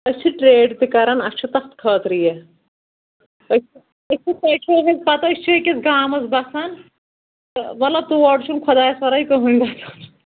أسۍ چھِ ٹرٛیڈ تہِ کَرَان اَسہِ چھُ تَتھ خٲطرٕ یہِ أسۍ أسۍ چھِو پَتہٕ أسۍ چھِ أکِس گامَس بَسان تہٕ مطلب تور چھُنہٕ خۄدایَس کٕہٕینۍ گژھُن